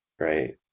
right